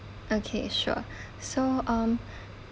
okay sure so um